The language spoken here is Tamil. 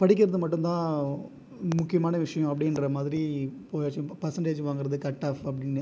படிக்கிறது மட்டும் தான் முக்கியமான விஷயம் அப்படின்ற மாதிரி பெர்சன்ட்டேஜ் வாங்கிறது கட்டாஃப் அப்படின்னு